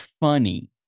funny